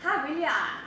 !huh! really ah